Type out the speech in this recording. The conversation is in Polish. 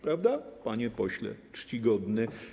Prawda, panie pośle czcigodny?